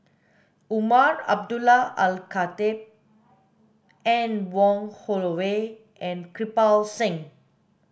Umar Abdullah Al Khatib Anne Wong Holloway and Kirpal Singh